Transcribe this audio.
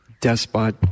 despot